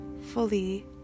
fully